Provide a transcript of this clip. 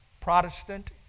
Protestant